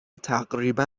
تقریبا